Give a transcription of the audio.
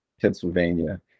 Pennsylvania